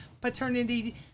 paternity